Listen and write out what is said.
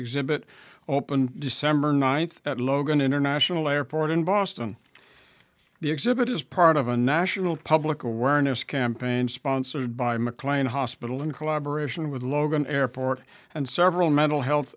exhibit opened december ninth at logan international airport in boston the exhibit is part of a national public awareness campaign sponsored by mclean hospital in collaboration with logan airport and several mental health